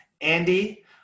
Andy